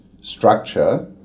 structure